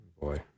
Boy